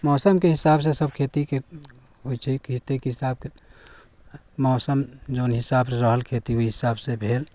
मौसमके हिसाबसे सभ खेतीके होइ छै खेतीके साथ मौसम जोन हिसाबसँ रहल खेती भी ओहिहिसाबसँ भेल